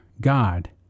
God